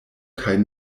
kaj